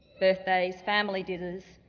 birthdays, family dinners,